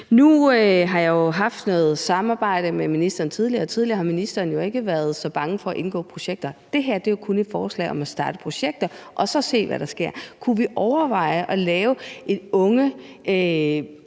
Nu har jeg jo haft noget samarbejde med ministeren tidligere, og tidligere har ministeren ikke været så bange for at gå ind i projekter. Det her er jo kun et forslag om at starte projekter og så se, hvad der sker. Kunne vi overveje at lave et ungeforsøg